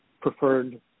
preferred